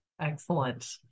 Excellent